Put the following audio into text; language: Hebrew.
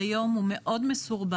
זה מנגנון שהיום הוא מאוד מסורבל.